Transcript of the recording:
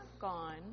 gone